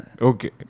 okay